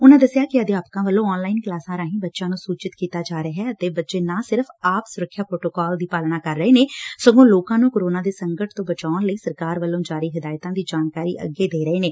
ਉਨਾਂ ਦੱਸਿਆ ਕਿ ਅਧਿਆਪਕਾਂ ਵੱਲੋ ਆਨਲਾਈਨ ਕਲਾਸਾਂ ਰਾਹੀ ਬੱਚਿਆਂ ਨੂੰ ਸੂਚਿਤ ਕੀਤਾ ਜਾ ਰਿਹੈ ਅਤੇ ਬੱਚੇ ਨਾ ਸਿਰਫ ਆਪ ਸੁਰੱਖਿਆ ਪ੍ਰੋਟੋਕਾਲਾਂ ਦੀ ਪਾਲਣਾ ਕਰ ਰਹੇ ਨੇ ਸਗੋਂ ਲੋਕਾਂ ਨ੍ਨੰ ਕਰੋਨਾ ਦੇ ਸੰਕਟ ਤੋਂ ਬਚਾਉਣ ਲਈ ਸਰਕਾਰ ਵੱਲੋਂ ਜਾਰੀ ਹਦਾਇਤਾਂ ਦੀ ਜਾਣਕਾਰੀ ਅੱਗੇ ਫੈਲਾ ਰਹੇ ਨੇ